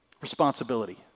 Responsibility